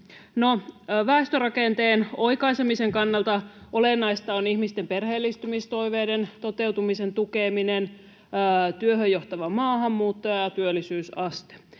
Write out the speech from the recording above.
väestörakenteen oikaisemisen kannalta olennaista on ihmisten perheellistymistoiveiden toteutumisen tukeminen, työhön johtava maahanmuutto ja työllisyysaste.